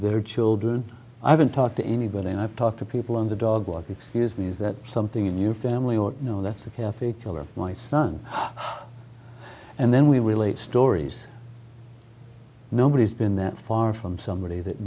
their children i haven't talked to anybody i've talked to people in the dog walk excuse me is that something in your family or you know that's a catholic over my son and then we relate stories nobody's been that far from somebody that